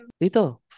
Dito